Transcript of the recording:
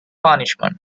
punishment